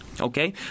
okay